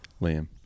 Liam